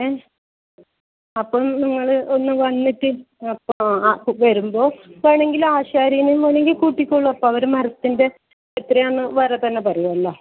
ഏ അപ്പോൾ നിങ്ങൾ ഒന്ന് വന്നിട്ട് വരുമ്പോൾ അപ്പോഴാണെങ്കിൽ ആശാരിനെ വേണമെങ്കിൽ കൂട്ടിക്കോളൂ അപ്പം അവർ മരത്തിൻ്റെ എത്രയാണ് വേറെ തന്നെ പറയുമല്ലോ